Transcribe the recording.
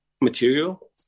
material